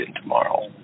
tomorrow